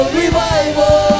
revival